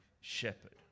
shepherd